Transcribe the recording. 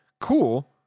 cool